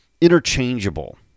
interchangeable